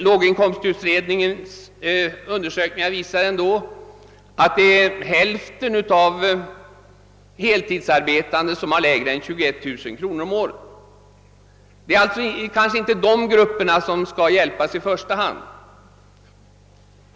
Låginkomstutredningen visar ändå, att hälften av de heltidsarbetande har mindre än 21000 kronor om året. Det är förmodligen inte dessa grupper som man i första hand bör hjälpa.